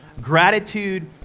gratitude